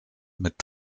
mit